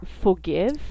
forgive